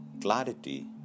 Clarity